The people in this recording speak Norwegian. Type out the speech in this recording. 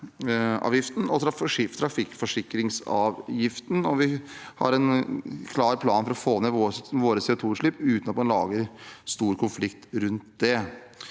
og trafikkforsikringsavgiften, og vi har en klar plan for å få ned våre CO2-utslipp uten at man lager stor konflikt rundt det.